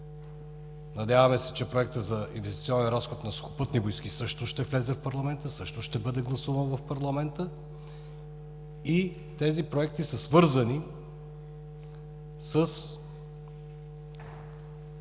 Надяваме се, че проектът за инвестиционен разход на Сухопътни войски също ще влезе в парламента и ще бъде гласуван. Тези проекти са свързани с